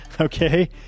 Okay